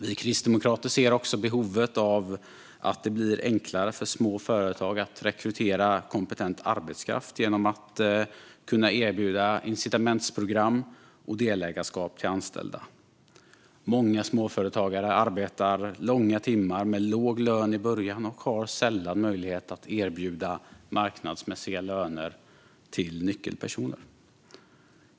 Vi kristdemokrater ser också behovet av att det blir enklare för små företag att rekrytera kompetent arbetskraft genom att de kan erbjuda incitamentsprogram och delägarskap till anställda. Många småföretagare arbetar långa timmar med låg lön i början, och de har sällan möjlighet att erbjuda marknadsmässiga löner till nyckelpersoner.